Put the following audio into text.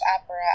opera